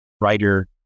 writer